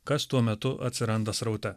kas tuo metu atsiranda sraute